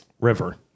River